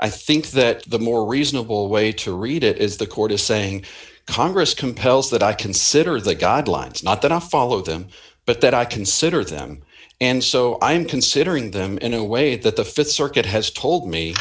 i think that the more reasonable way to read it is the court is saying congress compels that i consider the guidelines not that off all of them but that i consider them and so i'm considering them in a way that the th circuit has told me